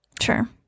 Sure